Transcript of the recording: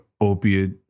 opiate